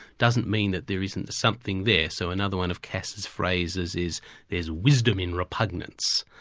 doesn't mean that there isn't something there, so another one of kass's phrases is there's wisdom in repugnance.